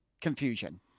confusion